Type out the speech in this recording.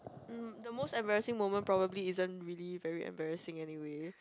um the most embarrassing moment probably isn't really very embarrassing anyway